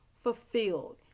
fulfilled